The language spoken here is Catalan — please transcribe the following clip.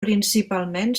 principalment